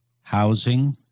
housing